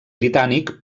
britànic